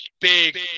big